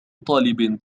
طالب